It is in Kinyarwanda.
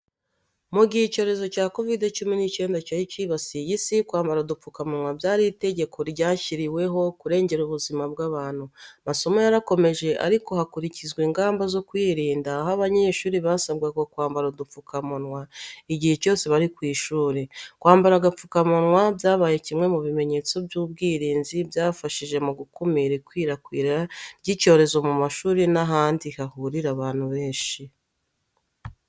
Mu gihe icyorezo cya COVID-19 cyari cyibasiye isi, kwambara udupfukamunwa byari itegeko ryashyiriweho kurengera ubuzima bw’abantu. Amasomo yarakomeje ariko hubahirizwa ingamba zo kwirinda, aho abanyeshuri basabwaga kwambara udupfukamunwa igihe cyose bari ku ishuri. Kwambara agapfukamunwa byabaye kimwe mu bimenyetso by'ubwirinzi, byafashije mu gukumira ikwirakwira ry’icyorezo mu mashuri n’ahandi hahurira abantu benshi.